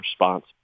response